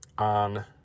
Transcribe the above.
On